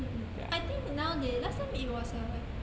mm mm I think now they last time it was a